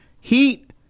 Heat